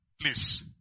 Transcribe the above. Please